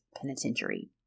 Penitentiary